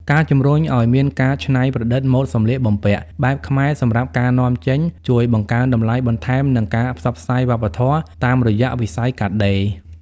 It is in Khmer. ការជំរុញឱ្យមានការច្នៃប្រឌិតម៉ូដសម្លៀកបំពាក់បែបខ្មែរសម្រាប់ការនាំចេញ ជួយបង្កើនតម្លៃបន្ថែម និងការផ្សព្វផ្សាយវប្បធម៌តាមរយៈវិស័យកាត់ដេរ។